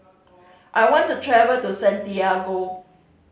I want to travel to Santiago